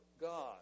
God